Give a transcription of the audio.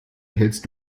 hältst